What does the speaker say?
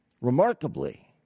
Remarkably